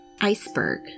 iceberg